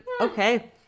okay